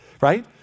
right